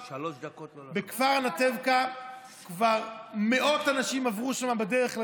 בכפר אנטבקה כבר מאות אנשים עברו בדרך לגבול.